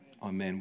Amen